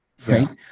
Right